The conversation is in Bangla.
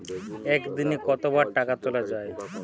একদিনে কতবার টাকা তোলা য়ায়?